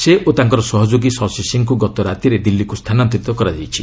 ସେ ଓ ତାଙ୍କର ସହଯୋଗୀ ଶିଶି ସିଂଙ୍କୁ ଗତରାତିରେ ଦିଲ୍ଲୀକୁ ସ୍ଥାନାନ୍ତରିତ କରାଯାଇଛି